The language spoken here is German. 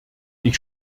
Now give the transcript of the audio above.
ich